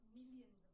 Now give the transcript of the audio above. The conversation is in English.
millions